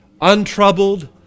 Untroubled